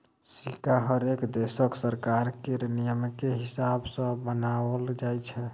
सिक्का हरेक देशक सरकार केर नियमकेँ हिसाब सँ बनाओल जाइत छै